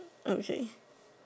I'm Shake